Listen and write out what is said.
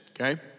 okay